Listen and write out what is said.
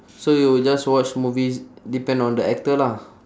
so you will just watch movies depend on the actor lah